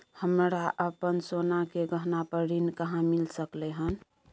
हमरा अपन सोना के गहना पर ऋण कहाॅं मिल सकलय हन?